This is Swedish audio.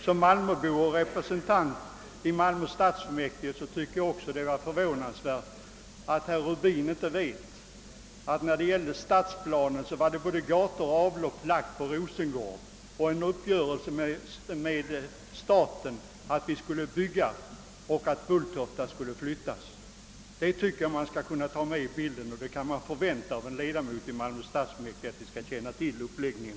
Jag tycker också att det är förvånansvärt att herr Rubin som malmöbo och ledamot av Malmö stadsfullmäktige inte vet, att stadsplanen innehöll redan färdiga gator och avlopp på Rosengård och att det förelåg en uppgörelse med staten om att vi skulle bygga och att Bulltofta skulle flyttas. Detta bör tas med i bilden, och man borde kunna vänta av en ledamot av Malmö stadsfullmäktige att han känner till denna uppläggning.